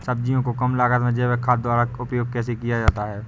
सब्जियों को कम लागत में जैविक खाद द्वारा उपयोग कैसे किया जाता है?